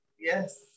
Yes